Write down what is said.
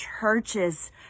churches